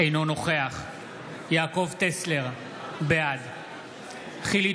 אינו נוכח יעקב טסלר, בעד חילי